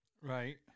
Right